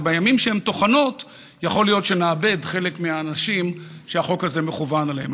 ובימים שהן טוחנות יכול להיות שנאבד חלק מהאנשים שהחוק הזה מכוון אליהם.